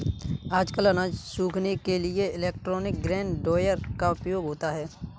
आजकल अनाज सुखाने के लिए इलेक्ट्रॉनिक ग्रेन ड्रॉयर का उपयोग होता है